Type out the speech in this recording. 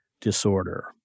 Disorder